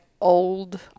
old